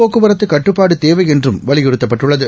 போக்குவரத்துகட்டுப்பாடுதேவைஎன்றும் வலியுறுத்தப்பட்டுள்ளது